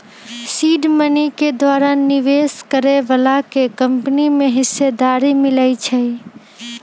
seed money के द्वारा निवेश करए बलाके कंपनी में हिस्सेदारी मिलइ छइ